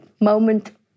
moment